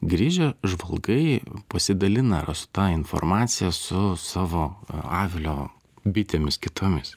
grįžę žvalgai pasidalina rasta informacija su savo avilio bitėmis kitomis